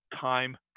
time